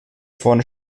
von